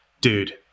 dude